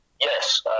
Yes